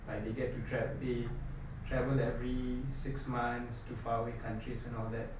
like they get to trav~ they travel every six months to far away countries and all that